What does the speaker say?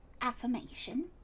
affirmation